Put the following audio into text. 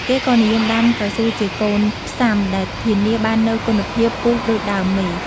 គេក៏និយមដាំកៅស៊ូជាកូនផ្សាំ ដែលធានាបាននូវគុណភាពពូជដូចដើមមេ។